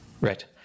Right